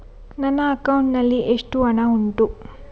ನನ್ನ ಅಕೌಂಟ್ ನಲ್ಲಿ ಎಷ್ಟು ಹಣ ಉಂಟು?